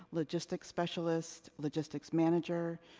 logistic specialist, logistics manager,